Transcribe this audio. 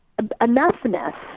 enoughness